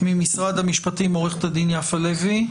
ממשרד המשפטים, משפטנית יפה לוי.